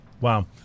Wow